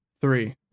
Three